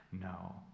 no